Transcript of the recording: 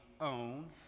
own